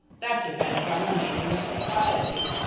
that depends on the meaning of society.